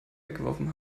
weggeworfen